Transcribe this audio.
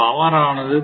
power ஆனது 0